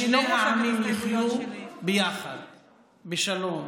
שני העמים יחיו ביחד בשלום,